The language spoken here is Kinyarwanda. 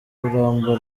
kurambura